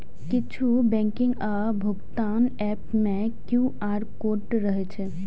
किछु बैंकिंग आ भुगतान एप मे क्यू.आर कोड रहै छै